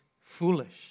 foolish